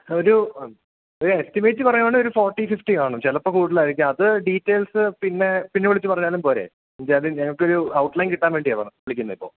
ഒരു അ ഒരു എസ്റ്റിമേറ്റ് പറയുകയാണെങ്കില് ഒരു ഫോർട്ടി ഫിഫ്റ്റി കാണും ചിലപ്പോള് കൂടുതലായിരിക്കും അത് ഡീറ്റൈൽസ് പിന്നെ പിന്നെ വിളിച്ച് പറഞ്ഞാലും പോരെ എങ്കില് അത് ഞങ്ങള്ക്കൊരു ഔട്ട്ലൈൻ കിട്ടാൻ വേണ്ടിയാണ് വിളിക്കുന്നത് ഇപ്പോള്